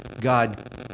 God